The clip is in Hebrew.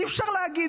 אי-אפשר להגיד,